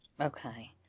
Okay